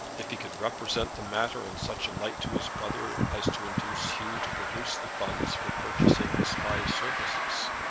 if he could represent the matter in such a light to his brother as to induce hugh to produce the funds for purchasing the spy's services,